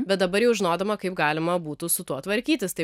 bet dabar jau žinodama kaip galima būtų su tuo tvarkytis taip